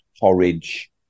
porridge